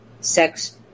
sex